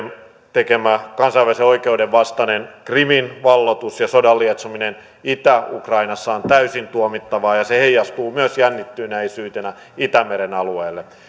tekemä kansainvälisen oikeuden vastainen krimin valloitus ja sodan lietsominen itä ukrainassa on täysin tuomittavaa ja se heijastuu myös jännittyneisyytenä itämeren alueelle